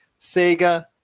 Sega